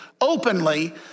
openly